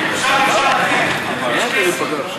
עכשיו אפשר, יש פנסיה.